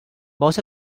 most